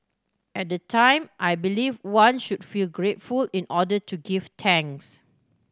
at the time I believe one should feel grateful in order to give tanks